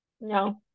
No